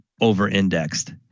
over-indexed